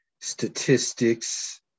statistics